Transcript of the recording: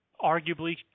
Arguably